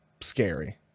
scary